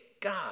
God